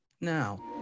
now